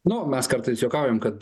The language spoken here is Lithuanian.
nu mes kartais juokaujam kad